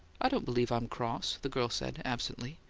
i don't believe i'm cross, the girl said, absently.